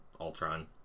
Ultron